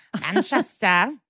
Manchester